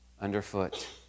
underfoot